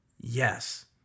Yes